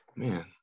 man